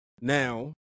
Now